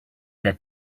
that